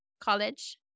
college